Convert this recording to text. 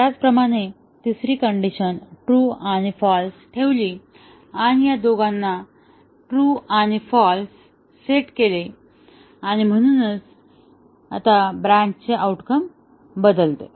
त्याचप्रमाणे तिसरी condition true आणि फाल्स ठेवली आणि या दोघांना ट्रू आणि फाँल्स सेट केले आणि म्हणूनच ब्रँचचे आउटकम बदलते